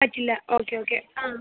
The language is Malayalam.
പറ്റില്ല ഓക്കെ ഓക്കെ ആ